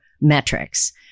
metrics